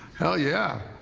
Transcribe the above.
hell yeah.